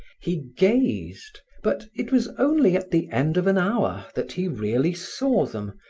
he gazed, but it was only at the end of an hour that he really saw them,